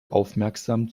aufmerksam